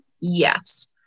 Yes